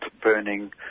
burning